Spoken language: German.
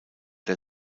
der